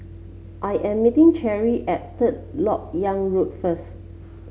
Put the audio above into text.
I am meeting Cherri at Third LoK Yang Road first